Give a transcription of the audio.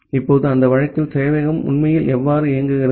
இப்போது அந்த வழக்கில் சேவையகம் உண்மையில் எவ்வாறு இயங்குகிறது